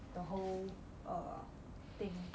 the whole err thing